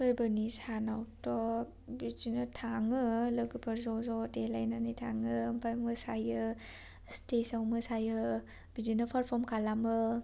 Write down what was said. फोरबोनि साननाव थ' बिदिनो थांङो लोगोफोर ज' देलायनानै थांङो ओमफ्राय मोसायो स्टेजाव मोसायो बिदिनो पारफर्म खालामो